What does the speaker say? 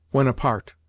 when apart.